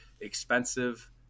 expensive